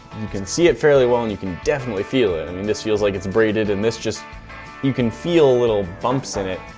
you can see it fairly well and you can definitely feel it. i mean this feels like it's braided and this just you can feel a little bumps in it,